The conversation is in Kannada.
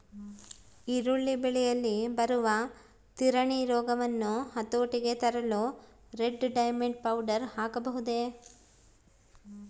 ಈರುಳ್ಳಿ ಬೆಳೆಯಲ್ಲಿ ಬರುವ ತಿರಣಿ ರೋಗವನ್ನು ಹತೋಟಿಗೆ ತರಲು ರೆಡ್ ಡೈಮಂಡ್ ಪೌಡರ್ ಹಾಕಬಹುದೇ?